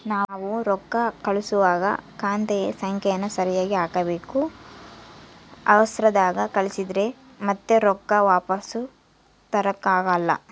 ನಾವು ರೊಕ್ಕ ಕಳುಸುವಾಗ ಖಾತೆಯ ಸಂಖ್ಯೆಯನ್ನ ಸರಿಗಿ ಹಾಕಬೇಕು, ಅವರ್ಸದಾಗ ಕಳಿಸಿದ್ರ ಮತ್ತೆ ರೊಕ್ಕ ವಾಪಸ್ಸು ತರಕಾಗಲ್ಲ